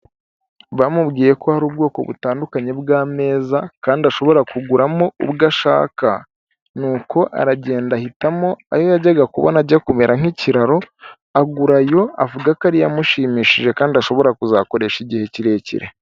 Bamubwiye ko hari ubwoko butandukanye bw'ameza kandi ashobora kuguramo ubwo ashaka nuko aragenda ahitamo ayo yajyaga kubona ajya kumera nk'ikiraro agura ayo avuga ko ariyo amushimishije kandi ashobora kuzakoresha igihe kirekire.